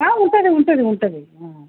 ఉంటుంది ఉంటుంది ఉంటుంది